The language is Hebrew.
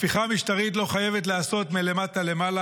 הפיכה משטרית לא חייבת להיעשות מלמטה למעלה